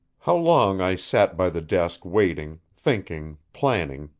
how long i sat by the desk waiting, thinking, planning,